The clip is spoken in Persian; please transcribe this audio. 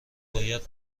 باید